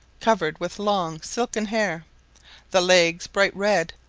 covered with long silken hair the legs bright red,